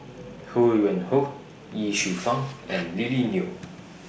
Ho Yuen Hoe Ye Shufang and Lily Neo